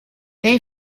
they